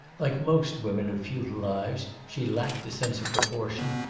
like most women of futile lives she lacked a sense of proportion,